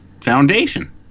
foundation